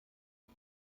ich